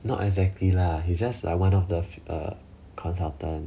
not exactly lah he just like one of the uh consultant